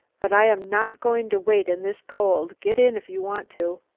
but i am not going to wait in this cold, get in if you want to.